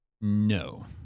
no